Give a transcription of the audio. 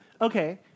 Okay